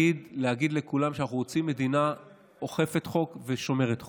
הוא להגיד לכולם שאנחנו רוצים מדינה אוכפת חוק ושומרת חוק.